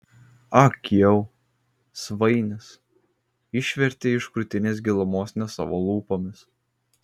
ag jau svainis išvertė iš krūtinės gilumos ne savo lūpomis